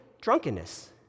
drunkenness